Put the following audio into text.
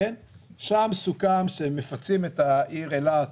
שם סוכם שמפצים את העיר אילת